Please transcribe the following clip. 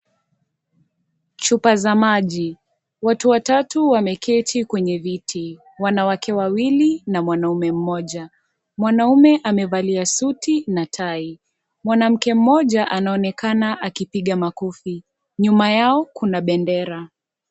Chupa za maji, watu watatu wameketi kwenye viti wanawake wawili na mwanaume mmoja mwanaume amevalia suti na tai mwanamke mmoja anaonekana akipiga makofi nyuma yao kuna bendera.